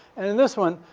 and in this one,